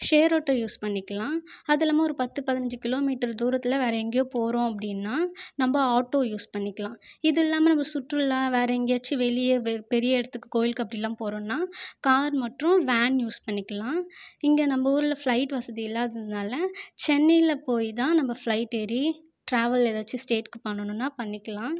share auto use பண்ணிக்கிலாம் அதில்லாமல் ஒரு பத்து பதினஞ்சு கிலோ மீட்டர் தூரத்தில் வேறு எங்கேயோ போகிறோம் அப்படின்னா நம்ப ஆட்டோ யூஸ் பண்ணிக்கிலாம் இது இல்லாமல் நம்ப சுற்றுலா வேறு எங்கேயாச்சும் வெளியே பெரிய இடத்துக்கு கோயிலுக்கு அப்படில்லா போகிறோனா கார் மற்றும் வேன் யூஸ் பண்ணிக்கிலாம் இங்கே நம்ப ஊரில் ஃபிளைட் வசதி இல்லாததுனால் சென்னையில் போய் தான் நம்ப ஃபிளைட் ஏறி ட்ராவல் ஏதாச்சும் ஸ்டேட்க்கு பண்ணனும்னா பண்ணிக்கிலாம்